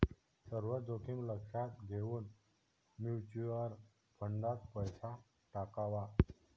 सर्व जोखीम लक्षात घेऊन म्युच्युअल फंडात पैसा टाकावा